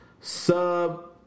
sub